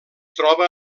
troba